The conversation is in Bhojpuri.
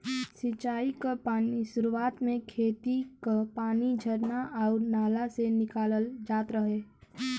सिंचाई क पानी सुरुवात में खेती क पानी झरना आउर नाला से निकालल जात रहे